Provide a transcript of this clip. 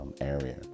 area